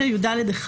159יד1,